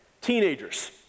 Teenagers